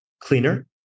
cleaner